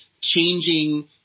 changing